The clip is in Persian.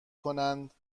کنند